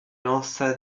lança